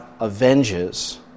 avenges